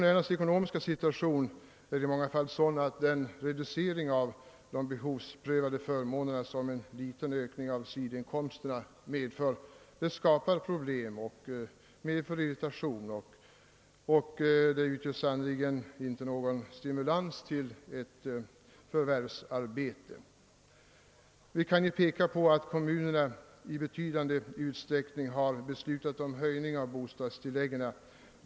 är i många fall sådan att den reducering av de behovsprövade förmånerna som en liten ökning av sidoinkomsterna medför skapar problem och irritation. Det utgör sannerligen inte någon stimulans till förvärvsarbete. Vi kan peka på att kommunerna i betydande utsträckning har beslutat om höjning av bostadstilläggen.